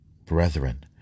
brethren